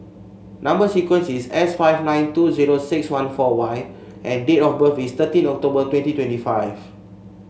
number sequence is S five nine two zero six one four Y and date of birth is thirteen October twenty twenty five